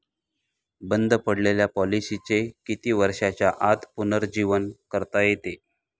बंद पडलेल्या पॉलिसीचे किती वर्षांच्या आत पुनरुज्जीवन करता येते?